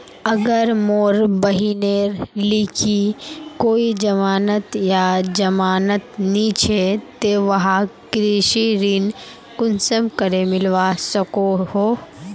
अगर मोर बहिनेर लिकी कोई जमानत या जमानत नि छे ते वाहक कृषि ऋण कुंसम करे मिलवा सको हो?